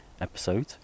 episode